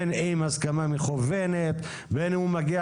בין אם הסכמה מכוונת ובין אם הוא מגיע